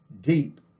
deep